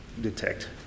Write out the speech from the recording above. detect